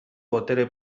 botere